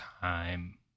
time